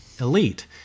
elite